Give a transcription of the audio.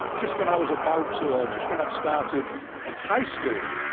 just when i was about to or just when i started at high school,